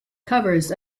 covers